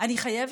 אני חייבת?